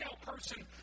person